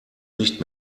nicht